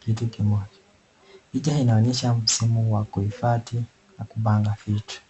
kitu kimoja. Picha inaonyesha msimu wa kuhifadhi na kupanga vitu.